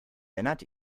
lennart